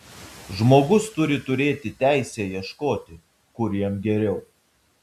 žmogus turi turėti teisę ieškoti kur jam geriau